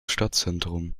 stadtzentrum